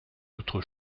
outre